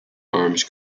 arms